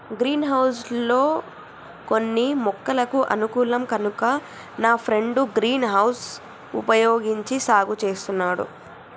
green house లో కొన్ని మొక్కలకు అనుకూలం కనుక నా ఫ్రెండు గ్రీన్ హౌస్ వుపయోగించి సాగు చేస్తున్నాడు